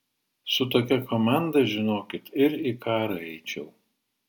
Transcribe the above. su tokia komanda žinokit ir į karą eičiau